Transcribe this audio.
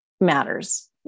matters